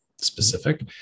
specific